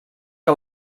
que